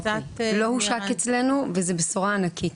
לא הושק אצלנו, וזו בשורה ענקית.